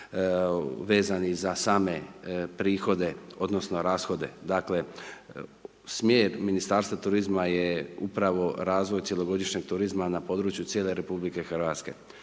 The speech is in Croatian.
vezani za same prihode odnosno rashode. Dakle, smjer Ministarstva turizma je upravo razvoj cjelogodišnjeg turizma na području cijele RH.